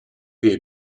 wie